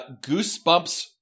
goosebumps